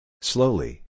Slowly